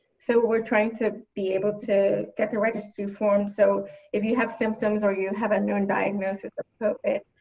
so we're trying to be able to get the registry formed so if you have symptoms or you have a known diagnosis of covid.